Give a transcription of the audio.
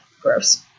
Gross